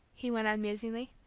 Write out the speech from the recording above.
he went on musingly,